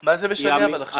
--- מה זה משנה אבל עכשיו?